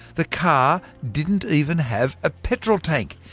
the car didn't even have ah petrol tank!